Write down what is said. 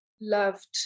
loved